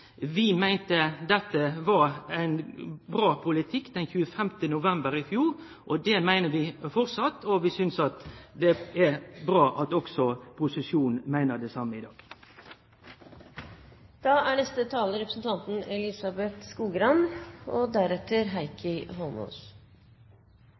Vi meinte dette var ein bra politikk den 25. november i fjor, og det meiner vi framleis, og vi synest det er bra at også posisjonen meiner det same i dag. Som alle vet, har vi hatt en ekstremt lang og